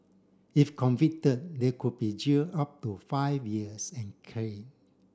if convicted they could be jailed up to five years and caned